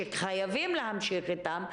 שחייבים להמשיך איתם.